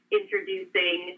introducing